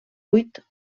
buit